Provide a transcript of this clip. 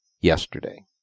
yesterday